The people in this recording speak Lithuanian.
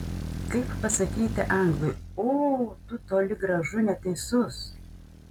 kaip pasakyti anglui o tu toli gražu neteisus